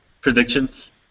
predictions